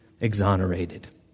exonerated